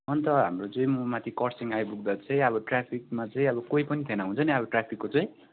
अन्त हाम्रो चाहिँ म माथि खरसाङ आइपुग्दा चाहिँ अब ट्राफिकमा चाहिँ अब कोही पनि थिएन हुन्छ नि अब ट्राफिकको चाहिँ